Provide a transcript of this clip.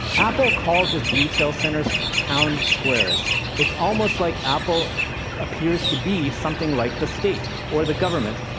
apple calls its retail centers town squares. it's almost like apple appears to be something like the state or the government.